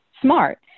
smart